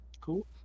Cool